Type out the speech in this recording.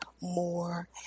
more